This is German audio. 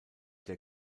der